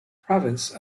province